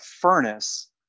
furnace